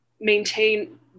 maintain